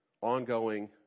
ongoing